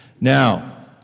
Now